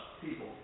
people